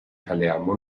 palermo